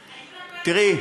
היו לנו עקרונות.